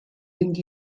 mynd